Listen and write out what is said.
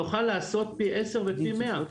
נוכל לעשות פי עשר ופי מאה,